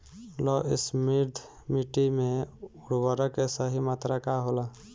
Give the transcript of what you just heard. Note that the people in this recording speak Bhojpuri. लौह समृद्ध मिट्टी में उर्वरक के सही मात्रा का होला?